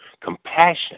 compassion